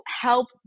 help